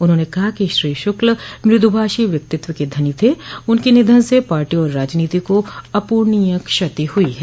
उन्होंने कहा कि श्री शुक्ल मृदुभाषी व्यक्तित्व के धनी थे उनके निधन से पार्टी और राजनीति को अपूर्णनीय क्षति हुई है